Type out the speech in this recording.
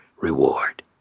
reward